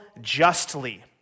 justly